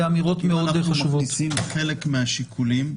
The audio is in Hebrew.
אם אנחנו מכניסים חלק מהשיקולים האלה,